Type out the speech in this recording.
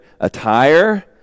attire